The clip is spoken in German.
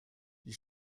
die